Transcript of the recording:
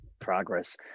Progress